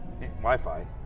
Wi-Fi